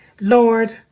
Lord